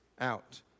out